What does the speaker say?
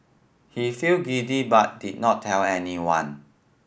he felt giddy but did not tell anyone